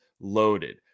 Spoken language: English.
loaded